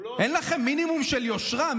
אין לכם מינימום של יושרה?